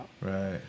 Right